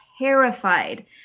Terrified